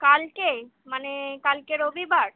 কালকে মানে কালকে রবিবার